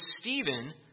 Stephen